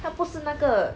他不是那个